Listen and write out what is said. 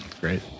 Great